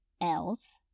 else